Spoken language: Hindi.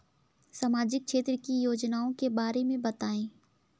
सामाजिक क्षेत्र की योजनाओं के बारे में बताएँ?